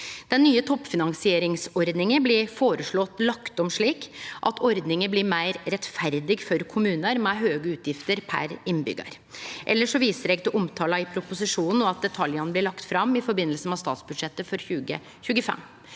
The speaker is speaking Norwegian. Den nye toppfinansieringsordninga blir føreslått lagt om slik at ordninga blir meir rettferdig for kommunar med høge utgifter per innbyggjar. Elles viser eg til omtala i proposisjonen, og at detaljane blir lagde fram i forbindelse med statsbudsjettet for 2025.